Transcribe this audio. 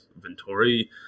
Venturi